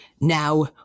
Now